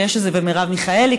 ומרב מיכאלי,